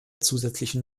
zusätzlichen